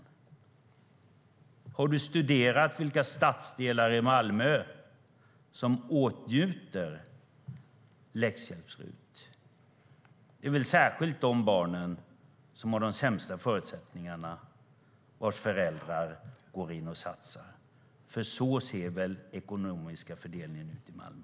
Olof Lavesson! Har du studerat vilka stadsdelar i Malmö som åtnjuter läxhjälps-RUT? Det är väl särskilt de barnen som har de sämsta förutsättningarna vars föräldrar går in och satsar, för så ser väl den ekonomiska fördelningen ut i Malmö?